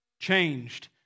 changed